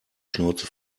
schnauze